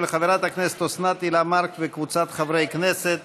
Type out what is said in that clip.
של חברת הכנסת אוסנת הילה מארק וקבוצת חברי הכנסת.